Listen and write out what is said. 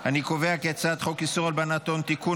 את הצעת חוק איסור הלבנת הון (תיקון,